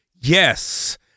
yes